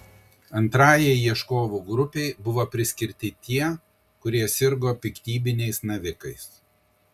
antrajai ieškovų grupei buvo priskirti tie kurie sirgo piktybiniais navikais